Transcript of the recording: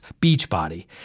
Beachbody